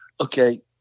okay